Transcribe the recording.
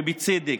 ובצדק,